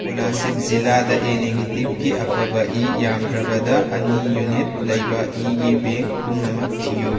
ꯀꯣꯂꯥꯁꯤꯞ ꯖꯤꯂꯥꯗ ꯑꯦ ꯅꯦꯒꯦꯇꯤꯞꯀꯤ ꯑꯐꯕ ꯏ ꯌꯥꯝꯗ꯭ꯔꯕꯗ ꯑꯅꯤ ꯌꯨꯅꯤꯠ ꯂꯩꯕ ꯏꯒꯤ ꯕꯦꯡ ꯄꯨꯝꯅꯃꯛ ꯊꯤꯌꯨ